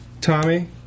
Tommy